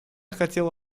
хотела